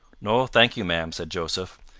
no, thank you, ma'am, said joseph.